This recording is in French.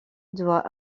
doit